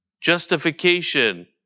Justification